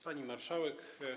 Pani Marszałek!